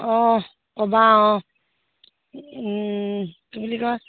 অঁ ক'বা অঁ কি বুলি কয়